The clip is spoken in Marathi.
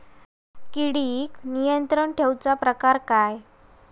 किडिक नियंत्रण ठेवुचा प्रकार काय?